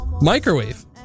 Microwave